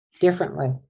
differently